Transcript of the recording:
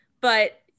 But-